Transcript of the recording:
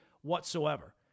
whatsoever